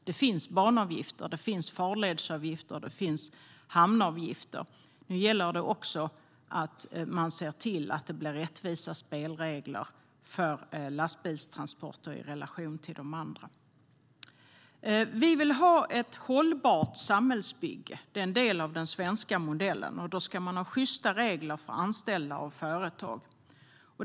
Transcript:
Det finns banavgifter, farledsavgifter och hamnavgifter. Nu gäller det också att se till att det blir rättvisa spelregler för lastbilstransporter i relation till de andra. Vi vill ha ett hållbart samhällsbygge. Det är en del av den svenska modellen. Då ska man ha sjysta regler för anställda och företag.